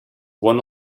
one